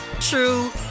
true